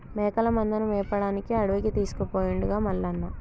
మేకల మందను మేపడానికి అడవికి తీసుకుపోయిండుగా మల్లన్న